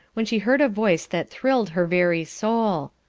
when she heard a voice that thrilled her very soul.